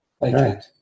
right